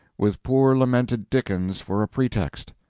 with poor lamented dickens for a pretext.